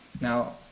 now